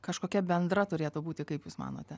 kažkokia bendra turėtų būti kaip jūs manote